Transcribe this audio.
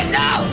no